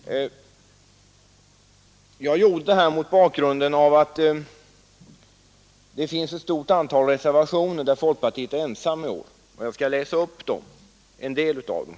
Jag har sagt detta mot bakgrunden av att folkpartiet i år står ensamt bakom ett stort antal reservationer. Jag skall räkna upp en del av dem.